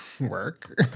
Work